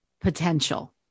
potential